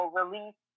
release